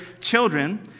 children